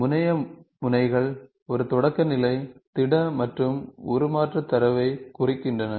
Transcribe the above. முனைய முனைகள் ஒரு தொடக்கநிலை திட மற்றும் உருமாற்ற தரவைக் குறிக்கின்றன